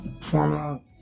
formula